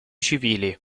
civili